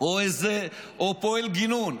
או איזה פועל גינון?